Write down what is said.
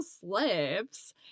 slips